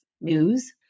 news